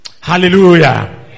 Hallelujah